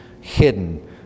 hidden